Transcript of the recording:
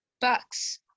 bucks